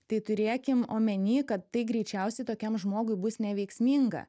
tai turėkim omeny kad tai greičiausiai tokiam žmogui bus neveiksminga